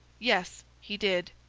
yes, he did.